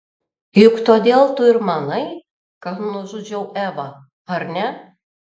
juk todėl tu ir manai kad nužudžiau evą ar ne